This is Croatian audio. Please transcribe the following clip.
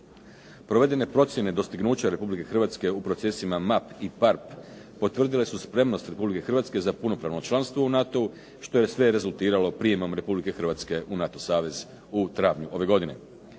Provedene procjene, dostignuća Republike Hrvatske u procesima MAP i PARP potvrdile su spremnost Republike Hrvatske za punopravno članstvo u NATO-u što je sve rezultiralo prijemom Republike Hrvatske u NATO savez u travnju ove godine.